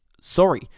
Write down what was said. Sorry